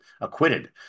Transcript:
acquitted